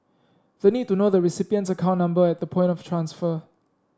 the need to know the recipient's account number at the point of transfer